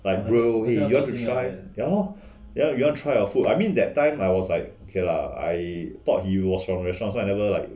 like bro !hey! you all decide ya lor then we want to try our food I mean that time I was like ok lah I thought he was from restuarant so I never like